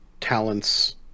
talents